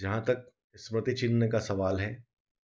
जहाँ तक स्मृति चिन्ह का सवाल है